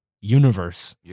universe